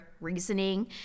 reasoning